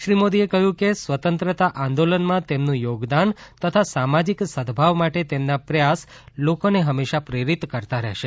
શ્રી મોદીએ કહ્યું કે સ્વતંત્રતા આંદોલનમાં તેમનું યોગદાન તથા સામાજિક સદભાવ માટે તેમના પ્રયાસ લોકોને હંમેશા પ્રેરિત કરતા રહેશે